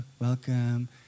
welcome